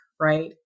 right